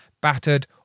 battered